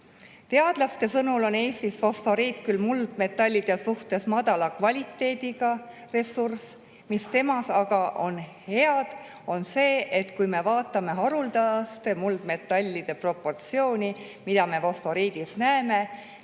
Teadlase sõnul on Eesti fosforiit küll muldmetallide suhtes madala kvaliteediga ressurss. Mis temas aga on head, on see, et kui me vaatame haruldaste muldmetallide proportsiooni, mida me fosforiidis näeme,